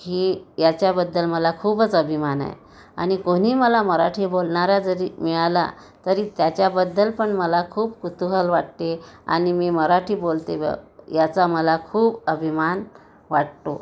ही याच्याबद्दल मला खूपच अभिमान आहे आणि कोणी मला मराठी बोलणारा जरी मिळाला तरी त्याच्याबद्दल पण मला खूप कुतूहल वाटते आणि मी मराठी बोलते याचा मला खूप अभिमान वाटतो